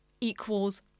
equals